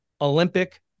Olympic